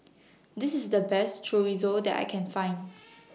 This IS The Best Chorizo that I Can Find